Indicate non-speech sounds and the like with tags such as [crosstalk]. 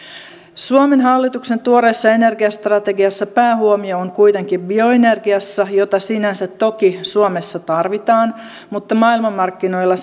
suomen hallituksen tuoreessa energiastrategiassa päähuomio on kuitenkin bioenergiassa jota sinänsä toki suomessa tarvitaan mutta maailmanmarkkinoilla [unintelligible]